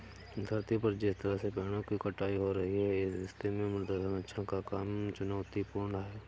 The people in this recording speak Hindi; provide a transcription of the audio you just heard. धरती पर जिस तरह से पेड़ों की कटाई हो रही है इस स्थिति में मृदा संरक्षण का काम चुनौतीपूर्ण है